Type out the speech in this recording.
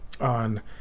on